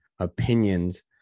opinions